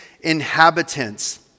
inhabitants